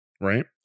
right